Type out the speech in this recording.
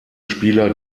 spieler